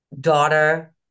daughter